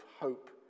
hope